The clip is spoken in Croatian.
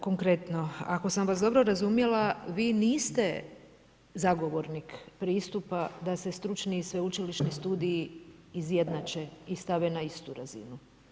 Konkretno, ako sam vas dobro razumjela, vi niste zagovornik da se stručni i sveučilišni studiji izjednače i stave na istu razinu.